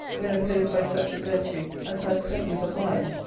when opposed by such a virtue as had presence of mind,